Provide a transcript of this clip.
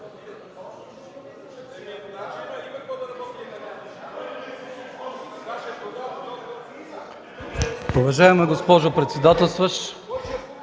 Уважаема госпожо председател!